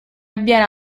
avviene